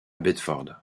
bedford